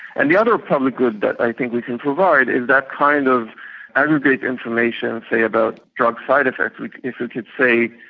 and the other public good that i think we can provide is that kind of aggregate information, say about drug side-effects, if we could say,